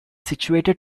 situated